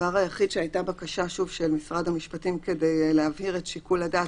הדבר היחיד שהייתה בקשה של משרד המשפטים כדי להבהיר את שיקול הדעת,